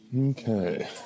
Okay